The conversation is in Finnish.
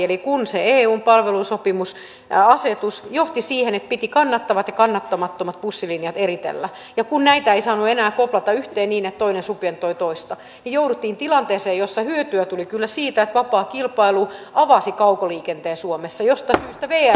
eli kun se eun palvelu sopimusasetus johti siihen että piti kannattavat ja kannattamattomat bussilinjat eritellä ja kun näitä ei saanut enää koplata yhteen niin että toinen subventoi toista niin jouduttiin tilanteeseen jossa hyötyä tuli kyllä siitä että vapaa kilpailu avasi kaukoliikenteen suomessa mistä syystä vr on nyt ongelmissa mutta emme enää voittaneet siinä että nämä linjat